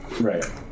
right